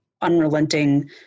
unrelenting